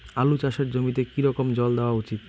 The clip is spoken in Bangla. আলু চাষের জমিতে কি রকম জল দেওয়া উচিৎ?